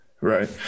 Right